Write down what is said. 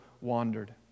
wandered